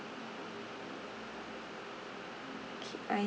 okay I